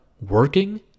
working